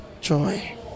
Joy